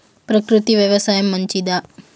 ప్రకృతి వ్యవసాయం మంచిదా?